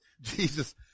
Jesus